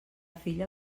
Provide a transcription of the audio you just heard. filla